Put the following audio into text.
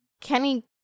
Kenny